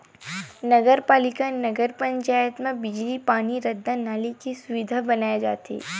नगर पालिका, नगर पंचायत म बिजली, पानी, रद्दा, नाली के सुबिधा बनाए जाथे